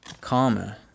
Karma